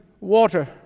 water